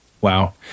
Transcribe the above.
Wow